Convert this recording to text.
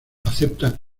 acepta